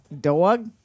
dog